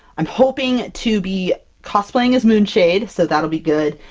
i'm hoping to be cosplaying as moonshade, so that'll be good,